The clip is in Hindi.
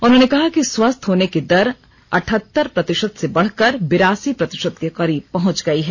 उन्होंने कहा कि स्वस्थ होने की दर अटठहतर प्रतिशत से बढ़कर बिरासी प्रतिशत के करीब पहंच गई है